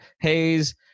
Hayes